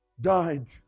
died